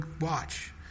watch